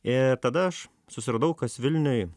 ir tada aš susiradau kas vilniuj